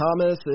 Thomas